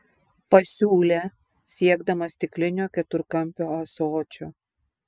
pasiūlė siekdamas stiklinio keturkampio ąsočio